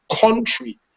country